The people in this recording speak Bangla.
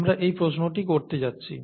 আমরা এই প্রশ্নটিই করতে যাচ্ছি